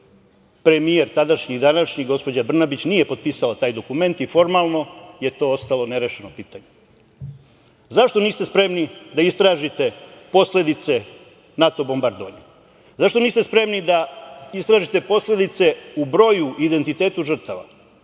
premijer, tadašnji i današnji, gospođa Brnabić nije potpisala taj dokument i formalno je to ostalo nerešeno pitanje.Zašto niste spremni da istražite posledice NATO bombardovanja? Zašto niste spremni da istražite posledice u broju identitetu žrtava?